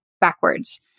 backwards